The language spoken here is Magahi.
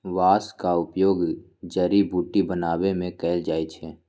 बांस का उपयोग जड़ी बुट्टी बनाबे में कएल जाइ छइ